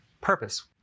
purpose